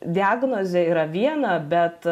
diagnozė yra viena bet